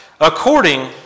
according